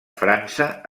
frança